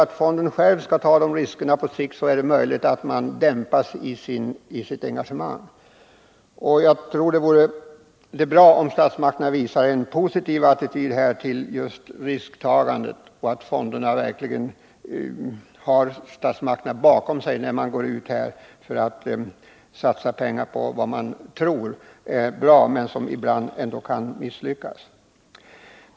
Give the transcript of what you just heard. Om fonderna själva på sikt skall ta de ekonomiska riskerna är det möjligt att det blir ett mer dämpat engagemang från deras sida. Jag tror att det vore bra om statsmakterna visade en positiv attityd gentemot utvecklingsfonderna när det gäller risktagandet, så att fonderna verkligen kunde känna att de har statsmakterna bakom sig när de satsar pengar på projekt som de tror är bra men som kanske ibland kan misslyckas.